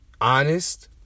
honest